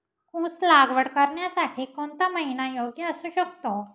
ऊस लागवड करण्यासाठी कोणता महिना योग्य असू शकतो?